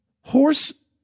horse